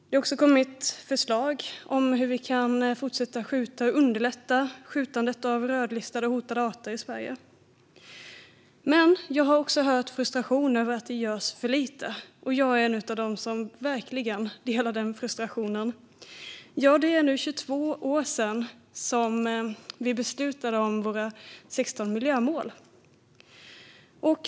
Det har också kommit förslag om hur vi kan fortsätta att skjuta och underlätta skjutandet av rödlistade och hotade arter i Sverige. Men jag har också hört frustration över att det görs för lite. Jag är en av dem som verkligen delar den frustrationen. Det är nu 22 år sedan vi beslutade om våra 16 miljömål.